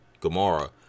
Gamora